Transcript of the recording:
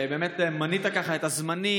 באמת מנית את הזמנים,